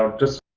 um just.